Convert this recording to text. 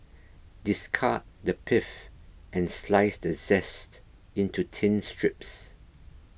discard the pith and slice the zest into thin strips